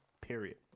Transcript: period